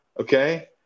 okay